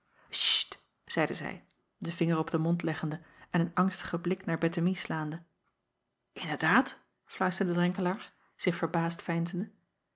zeide zij den vinger op den mond leggende en een angstigen blik naar ettemie slaande nderdaad fluisterde renkelaer zich